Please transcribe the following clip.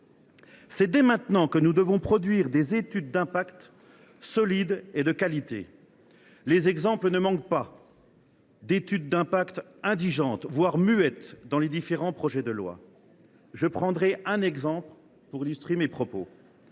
C’est dès maintenant que nous devons produire des études d’impact solides et de qualité. Les exemples ne manquent pas d’études d’impact indigentes, voire muettes, dans les différents projets de loi. J’en prendrai un. L’article 23 de